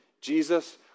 Jesus